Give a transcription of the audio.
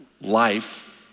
life